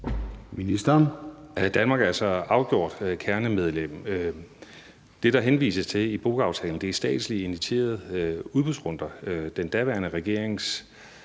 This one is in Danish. Aagaard): Danmark er så afgjort et kernemedlem. Det, der henvises til i BOGA-aftalen, er statsligt initierede udbudsrunder. Den daværende regerings